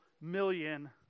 million